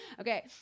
Okay